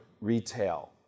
retail